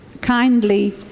kindly